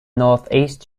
northeast